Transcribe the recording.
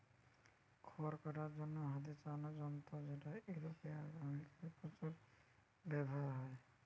খড় কাটার জন্যে হাতে চালানা যন্ত্র যেটা ইউরোপে আর আমেরিকাতে প্রচুর ব্যাভার হয়